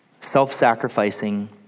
self-sacrificing